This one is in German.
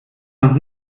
noch